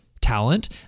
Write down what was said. talent